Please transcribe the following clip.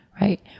right